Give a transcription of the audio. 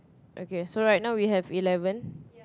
okay so right now we have eleven